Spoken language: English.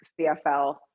CFL